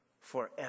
forever